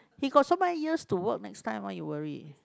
he got so many years to work next time why you worry